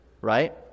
right